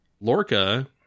Lorca